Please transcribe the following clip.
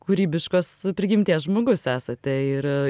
kūrybiškos prigimties žmogus esate ir